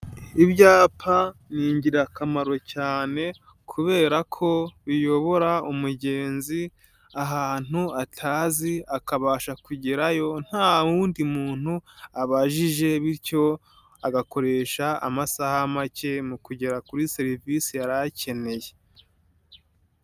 Ibyapa ni ingirakamaro cyane kubera ko biyobora umugenzi ahantu atazi akabasha kugerayo nta wundi muntu abajije bityo agakoresha amasaha make mu kugera kuri serivise yari akeneye.